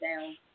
down